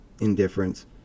indifference